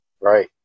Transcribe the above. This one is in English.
Right